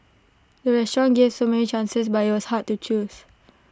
the restaurant gave so many chances but IT was hard to choose